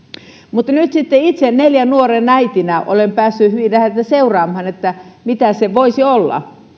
mutta nyt sitten itse neljän nuoren äitinä olen päässyt hyvin läheltä seuraamaan mitä se voisi olla